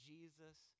Jesus